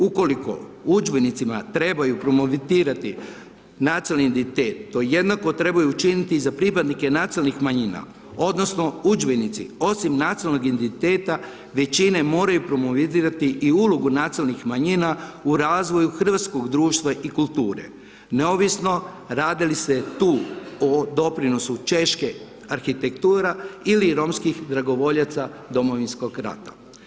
Ukoliko u udžbenicima trebaju … nacionalni identitet, to jednako trebaju učiniti i za pripadnike nacionalnih manjina, odnosno udžbenici osim nacionalnog identiteta većine moraju … i ulogu nacionalnih manjina u razvoju hrvatskog društva i kulture, neovisno radi li se tu o doprinosu češke arhitekture ili romskih dragovoljaca Domovinskog rata.